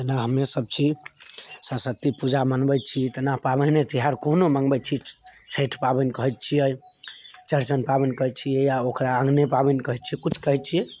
जेना हमेसभ छी सरस्वती पूजा मनबै छी तेना पाबैने तेहार कोनो मनबै छी छठि पाबनि करै छिए चोरचैन पाबनि करै छिए या ओकरा अङ्गने पाबनि करै छिए किछु करै छिए